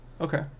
okay